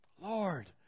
Lord